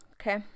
Okay